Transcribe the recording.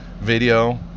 video